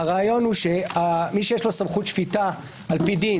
הרעיון הוא שמי שיש לו סמכות שפיטה על פי דין,